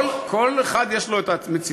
כל אחד יש לו ציטוט.